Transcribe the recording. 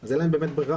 אז אין להם באמת ברירה.